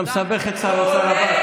אתה מסבך את שר האוצר הבא.